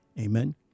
Amen